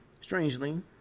Strangely